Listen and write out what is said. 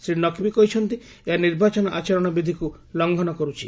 ଶ୍ରୀ ନକ୍ବି କହିଛନ୍ତି ଏହା ନିର୍ବାଚନ ଆଚରଣ ବିଧିକୁ ଲଂଘନ କରୁଛି